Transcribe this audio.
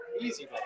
Easy